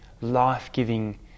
life-giving